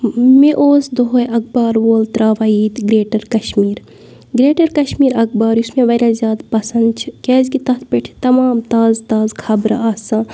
مےٚ اوس دۄہَے اَخبار وول ترٛاوان ییٚتہِ گرٛیٹَر کَشمیٖر گرٛیٹَر کَشمیٖر اَخبار یُس مےٚ واریاہ زیادٕ پَسنٛد چھِ کیٛازکہِ تَتھ پٮ۪ٹھ یہِ تَمام تازٕ تازٕ خبرٕ آسان